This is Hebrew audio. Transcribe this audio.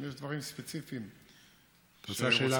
אם יש דברים ספציפיים, את רוצה שאלה נוספת?